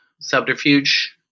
subterfuge